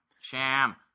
Sham